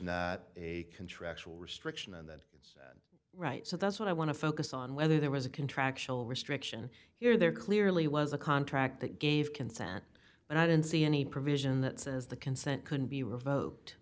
not a contractual restriction and that it's right so that's what i want to focus on whether there was a contractual restriction here or there clearly was a contract that gave consent and i didn't see any provision that says the consent couldn't be revoked